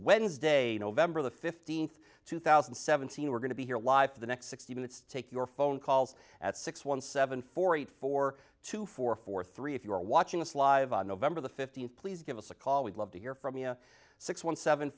wednesday november the fifteenth two thousand and seventeen we're going to be here live for the next sixty minutes to take your phone calls at six one seven four eight four two four four three if you are watching us live on november the fifteenth please give us a call we'd love to hear from you know six one seven